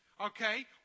okay